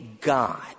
God